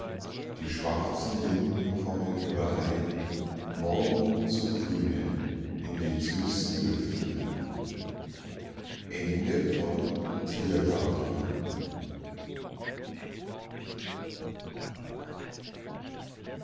die schwarzen linden kommen überein morgen zu grünen in den süßen lüften